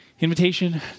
Invitation